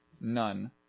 None